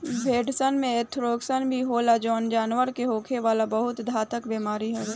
भेड़सन में एंथ्रेक्स भी होला जवन जानवर में होखे वाला बहुत घातक बेमारी हवे